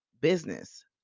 business